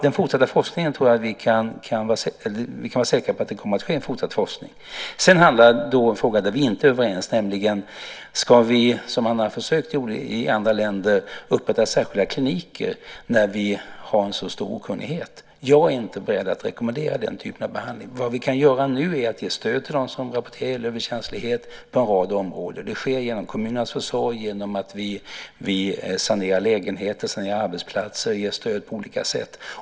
Jag tror därför att vi kan vara säkra på att det kommer att ske en fortsatt forskning. När det gäller den andra frågan är vi däremot inte överens, nämligen om vi, som man gjort i andra länder, ska upprätta särskilda kliniker. När vi ännu har en så stor okunnighet om detta är jag inte beredd att rekommendera den typen av behandling. Det vi nu kan göra är att på en rad områden ge stöd till dem som rapporterar elöverkänslighet. Det sker genom kommunernas försorg när vi sanerar lägenheter och arbetsplatser och på olika sätt ger stöd.